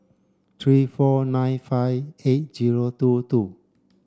three four nine five eight zero two two